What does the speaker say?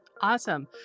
Awesome